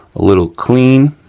a little clean.